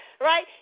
Right